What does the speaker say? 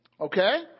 Okay